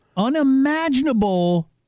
unimaginable